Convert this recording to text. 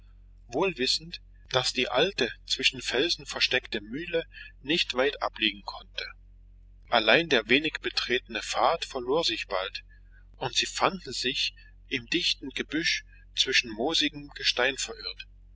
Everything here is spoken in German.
wohl wissend daß die alte zwischen felsen versteckte mühle nicht weit abliegen konnte allein der wenig betretene pfad verlor sich bald und sie fanden sich im dichten gebüsch zwischen moosigem gestein verirrt